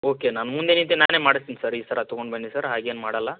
okay ನಾನ್ ಮುಂದೆ ನಿಂತು ನಾನೇ ಮಾಡಿಸ್ತೀನಿ ಸರ್ ಈ ಸಲ ತಗೊಂಡ್ಬನ್ನಿ ಸರ್ ಹಾಗೇನೂ ಮಾಡಲ್ಲ